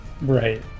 Right